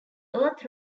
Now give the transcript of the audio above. earth